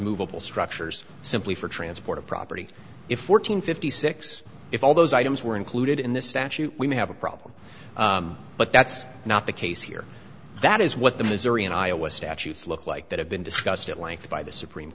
movable structures simply for transport of property if one hundred fifty six if all those items were included in this statute we may have a problem but that's not the case here that is what the missouri and iowa statutes look like that have been discussed at length by the supreme